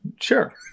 Sure